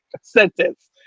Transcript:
sentence